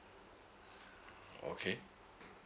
okay